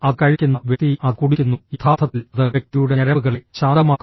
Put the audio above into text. അത് കഴിക്കുന്ന വ്യക്തി അത് കുടിക്കുന്നു യഥാർത്ഥത്തിൽ അത് വ്യക്തിയുടെ ഞരമ്പുകളെ ശാന്തമാക്കും